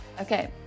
Okay